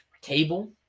table